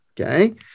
Okay